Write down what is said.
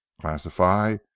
classify